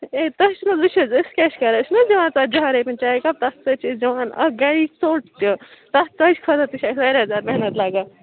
A تۄہہِ چھِنہٕ حظ وٕچھ حظ أسۍ کیٛاہ چھِ کَران أسۍ چھِنَہ دِوان ژَجِہٲن رۄپیَن چایہِ کَپ تَتھ سۭتۍ چھِ أسۍ دِوان اَکھ گَرِچ ژوٚٹ تہِ تَتھ ژۄچہِ خٲطرٕ تہِ چھِ اَسہِ واریاہ زیادٕ محنت لَگان